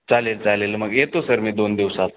चालेल चालेल मग येतो सर मी दोन दिवसांत